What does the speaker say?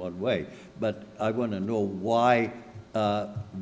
what way but i want to know why